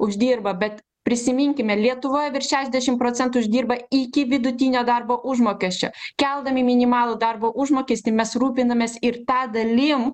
uždirba bet prisiminkime lietuvoje virš šešdešimt procentų uždirba iki vidutinio darbo užmokesčio keldami minimalų darbo užmokestį mes rūpinamės ir ta dalim